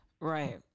Right